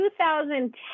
2010